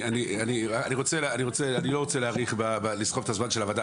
אני לא רוצה להאריך, לסחוב את הזמן של הוועדה.